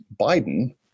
Biden